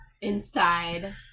Inside